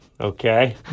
okay